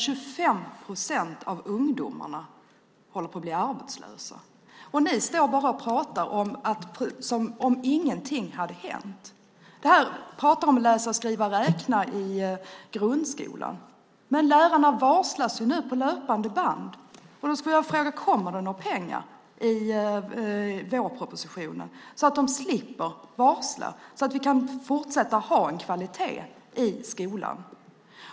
25 procent av ungdomarna håller på att bli arbetslösa, och ni, Betty Malmberg, pratar som om ingenting hade hänt. Det talas om läsa, skriva, räkna i grundskolan, men nu varslas lärare på löpande band. Därför skulle jag vilja fråga om det kommer några pengar i vårpropositionen så att de slipper bli varslade, så att vi kan fortsätta att ha kvalitet i skolan.